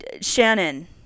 shannon